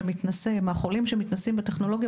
מהחולים שמתנסים בטכנולוגיה,